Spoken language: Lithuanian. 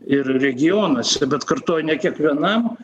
ir regionuose bet kartoju ne kiekvienam